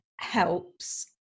Helps